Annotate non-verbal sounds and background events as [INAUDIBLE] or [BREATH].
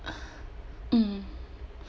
[BREATH] mm